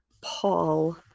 Paul